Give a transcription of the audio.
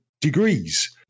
degrees